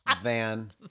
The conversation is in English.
van